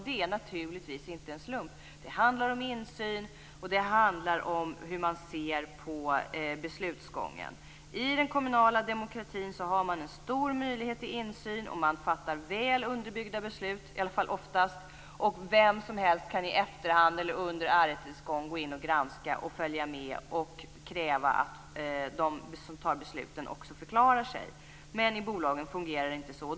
Det är naturligtvis inte en slump. Det handlar om insyn och om hur man ser på beslutsgången. I den kommunala demokratin har man stora möjligheter till insyn. Man fattar väl underbyggda beslut, i alla fall oftast. Vem som helst kan i efterhand eller under ärendets gång gå in och granska och följa med och även kräva att de som tar besluten också förklarar sig. I bolagen fungerar det inte så.